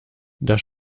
das